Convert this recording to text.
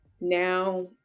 now